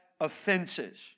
offenses